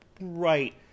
right –